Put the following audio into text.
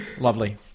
Lovely